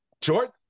jordan